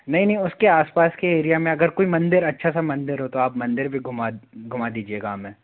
नही नही उस के आसपास के एरिया में अगर कोई मंदिर अच्छा सा मंदिर हो तो आप मंदिर भी घुमा घुमा दीजिएगा हमें